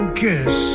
kiss